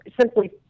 simply